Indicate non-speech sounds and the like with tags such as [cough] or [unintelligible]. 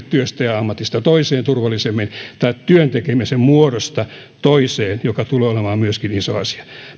[unintelligible] työstä ja ja ammatista toiseen turvallisemmin tai työn tekemisen muodosta toiseen mikä tulee olemaan myöskin iso asia